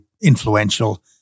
influential